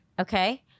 Okay